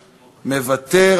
מוותר.